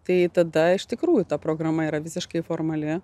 tai tada iš tikrųjų ta programa yra visiškai formali